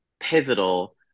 pivotal